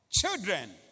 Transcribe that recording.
Children